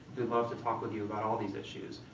love to talk with you about all these issues.